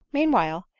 meanwhile,